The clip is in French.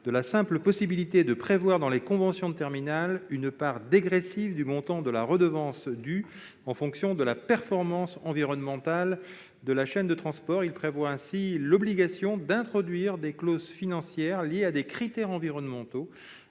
de la simple possibilité de prévoir, dans les conventions de terminal, la dégressivité d'une part du montant de la redevance due en fonction de la performance environnementale de la chaîne de transport. Il a ainsi pour objet de prévoir l'obligation d'introduire des clauses financières liées à des critères environnementaux,